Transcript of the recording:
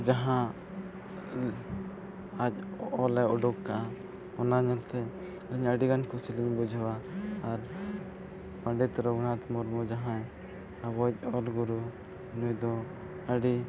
ᱡᱟᱦᱟᱸ ᱟᱡ ᱚᱞᱮ ᱩᱰᱩᱠ ᱟᱠᱟᱫᱟ ᱚᱱᱟ ᱧᱮᱞᱛᱮ ᱟᱹᱞᱤᱧ ᱟᱹᱰᱤᱜᱟᱱ ᱠᱩᱥᱤᱞᱤᱧ ᱵᱩᱡᱷᱟᱹᱣᱟ ᱟᱨ ᱯᱚᱱᱰᱤᱛ ᱨᱚᱜᱷᱩᱱᱟᱛᱷ ᱢᱩᱨᱢ ᱡᱟᱦᱟᱭ ᱟᱵᱚᱭᱤᱡ ᱚᱞ ᱵᱩᱨᱩ ᱱᱩᱭ ᱫᱚ ᱟᱹᱰᱤ